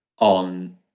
on